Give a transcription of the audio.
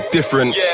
different